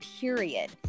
period